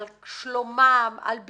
על שלומם, על ביטחונם.